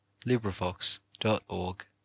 Librivox.org